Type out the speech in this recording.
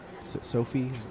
Sophie